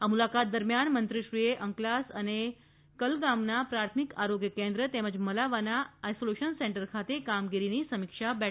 આ મુલાકાત દરમિયાન મંત્રીશ્રીએ અંકલાસ અને કલગામના પ્રાથમિક આરોગ્ય કેન્દ્રા તેમજ મલાવના આઇસોલેશન સેન્ટલર ખાતે કામગીરીની સમીક્ષા બેઠક યોજી હતી